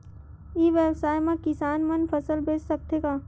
ई व्यवसाय म किसान मन फसल बेच सकथे का?